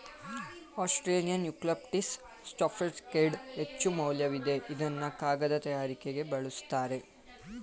Australian eucalyptus ಸಾಫ್ಟ್ವುಡ್ಗೆ ಹೆಚ್ಚುಮೌಲ್ಯವಿದೆ ಇದ್ನ ಕಾಗದ ತಯಾರಿಕೆಗೆ ಬಲುಸ್ತರೆ